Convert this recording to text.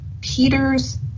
Peter's